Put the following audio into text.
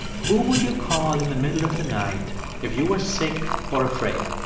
who would you call in the middle of the night if you were sick or afraid?